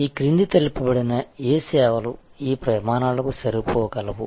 ఈ క్రింద తెలుపబడిన ఏ సేవలు ఈ ప్రమాణాలకు సరిపో గలవు